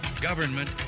Government